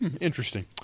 Interesting